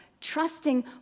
trusting